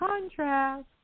contrast